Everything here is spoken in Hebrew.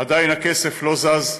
עדיין הכסף לא זז.